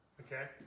Okay